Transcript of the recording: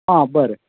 आं बरें